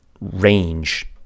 range